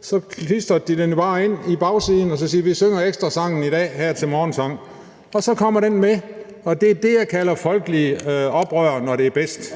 Så klistrede de bare sangen ind på bagsiden og sagde: Vi synger ekstrasangen i dag til morgensang. Og så kom den med. Det er det, jeg kalder folkeligt oprør, når det er bedst.